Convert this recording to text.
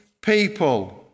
people